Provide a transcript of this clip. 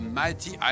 mighty